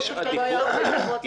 בסדר, מי שיש יש.